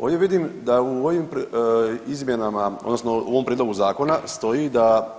Ovdje vidim da u ovim izmjenama odnosno u ovom prijedlogu zakona stoji da